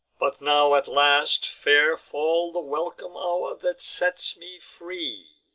but now at last fair fall the welcome hour that sets me free,